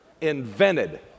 invented